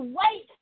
wait